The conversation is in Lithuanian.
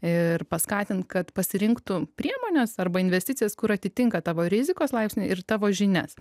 ir paskatint kad pasirinktų priemones arba investicijas kur atitinka tavo rizikos laipsnį ir tavo žinias